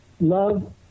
love